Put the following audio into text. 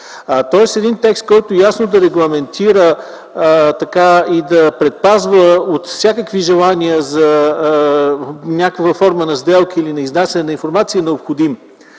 Тоест един текст, който ясно да регламентира и да предпазва от всякакви желания за някаква форма на сделка или изнасяне на информацията, е необходим.